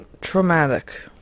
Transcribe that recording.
traumatic